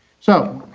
so,